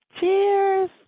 Cheers